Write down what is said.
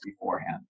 beforehand